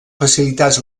facilitats